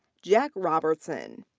jack robertson.